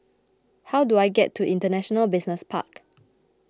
how do I get to International Business Park